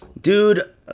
dude